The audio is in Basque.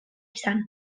izan